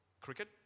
Cricket